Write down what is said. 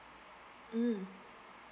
mm